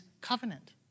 covenant